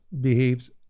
behaves